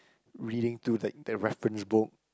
reading to the the reference book